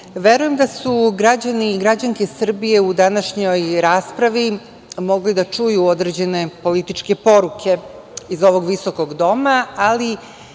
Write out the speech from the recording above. verujem da su građani i građanke Srbije u današnjoj raspravi mogli da čuju određene političke poruke iz ovog visokog Doma,